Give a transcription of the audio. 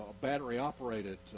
battery-operated